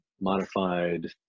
modified